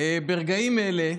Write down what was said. ברגעים אלה,